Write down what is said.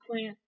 plant